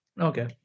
okay